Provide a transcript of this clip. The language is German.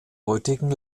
heutigen